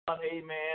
amen